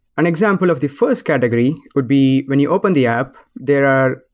an example of the first category would be when you open the app, there are,